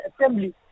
Assembly